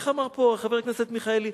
איך אמר פה חבר הכנסת מיכאלי?